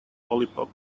lollipop